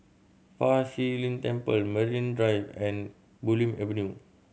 Fa Shi Lin Temple Marine Drive and Bulim Avenue